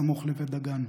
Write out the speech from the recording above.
סמוך לבית דגן.